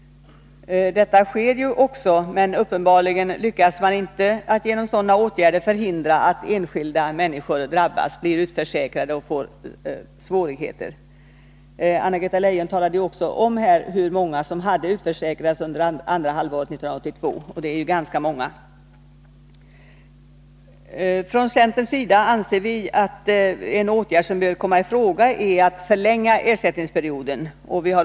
Detta sker också, men uppenbarligen lyckas man inte att genom sådana åtgärder förhindra att enskilda drabbas, blir utförsäkrade och får svårigheter. Anna-Greta Leijon talade om hur många som hade utförsäkrats under det andra halvåret 1982 — och det är ganska många. Från centerns sida anser vi att en åtgärd som bör komma i fråga är en förlängning av ersättningsperioden.